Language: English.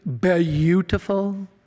Beautiful